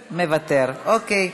מוותר, אוקיי.